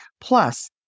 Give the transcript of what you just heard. Plus